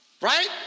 Right